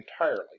entirely